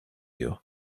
you